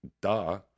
Duh